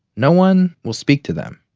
no one will speak to them.